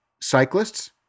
cyclists